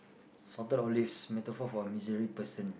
salted olives metaphor for miserly person